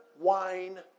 wine